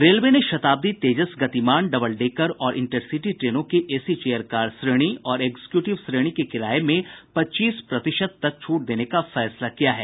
railway ने Shatabdi Tejas Gatiman double decker और intercity ट्रेनों के एसी चेयर कार श्रेणी और एक्जीक्यूटिव श्रेणी के किराये में पच्चीस प्रतिशत तक छूट देने का फैसला किया है